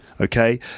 Okay